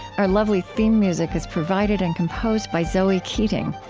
our lovely theme music is provided and composed by zoe keating.